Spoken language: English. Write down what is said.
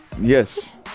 Yes